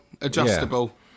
adjustable